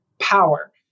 power